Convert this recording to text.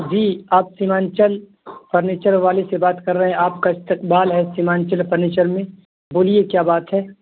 جی آپ سیمانچل فرنیچر والے سے بات کر رہے ہیں آپ کا استقبال ہے سیمانچل فرنیچر میں بولیے کیا بات ہے